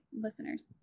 listeners